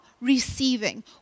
receiving